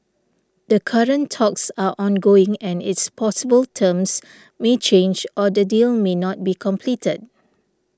the current talks are ongoing and it's possible terms may change or the deal may not be completed